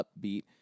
upbeat